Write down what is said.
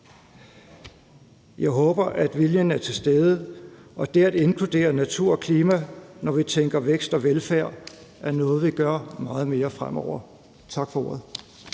Jeg håber, at viljen er til stede, og at det at inkludere natur og klima, når vi tænker vækst og velfærd, er noget, vi gør meget mere fremover. Tak for ordet.